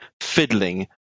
fiddling